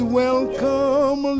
welcome